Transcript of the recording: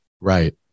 Right